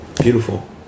Beautiful